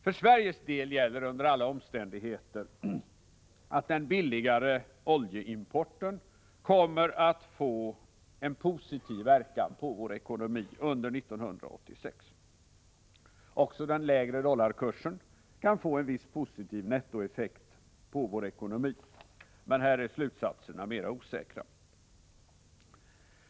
För Sveriges del gäller under alla omständigheter, att den billigare oljeimporten kommer att få en positiv verkan på vår ekonomi under 1986. Också den lägre dollarkursen kan få en viss positiv nettoeffekt på vår ekonomi, men här blir slutsatserna mer osäkra.